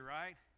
right